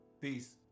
Peace